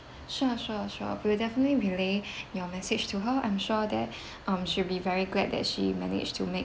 sure sure sure we will definitely relay your message to her I'm sure that um she'll very glad that she managed to make